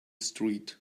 street